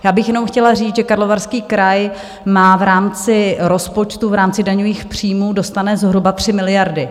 Já bych jenom chtěla říct, že Karlovarský kraj má v rámci rozpočtu, v rámci daňových příjmů dostane zhruba 3 miliardy.